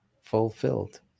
fulfilled